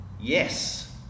yes